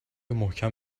محکم